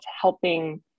helping